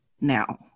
now